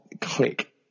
click